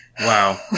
wow